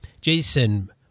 Jason